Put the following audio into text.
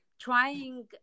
trying